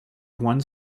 one